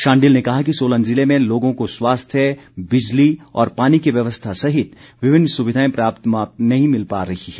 शांडिल ने कहा कि सोलन जिले में लोगों को स्वास्थ्य बिजली और पानी की व्यवस्था सहित विभिन्न सुविधाएं पर्याप्त नही मिल पा रही है